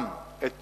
גם את